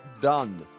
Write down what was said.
done